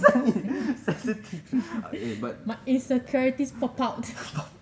my insecurities pop out